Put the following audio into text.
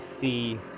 see